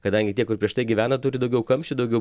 kadangi tie kur prieš tai gyveno turi daugiau kamščių daugiau